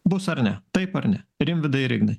bus ar ne taip ar ne rimvydai ir ignai